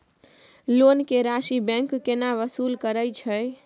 Loan के राशि bank केना वसूल करे छै?